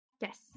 Yes